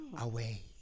away